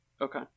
Okay